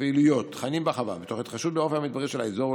הפעילויות והתכנים בחווה: מתוך התחשבות באופי המדברי של האזור,